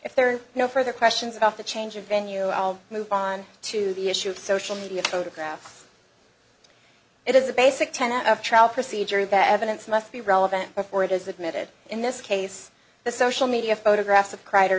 if there are no further questions about the change of venue i'll move on to the issue of social media photographs it is a basic tenet of trial procedure that evidence must be relevant before it is admitted in this case the social media photographs of